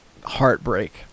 heartbreak